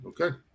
Okay